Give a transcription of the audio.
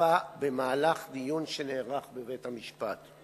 הותקפה במהלך דיון שנערך בבית-המשפט.